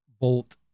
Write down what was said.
bolt